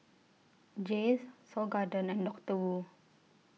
Jays Seoul Garden and Doctor Wu